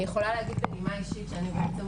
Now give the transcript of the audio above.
אני יכולה להגיד בנימה אישית שאני די